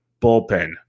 bullpen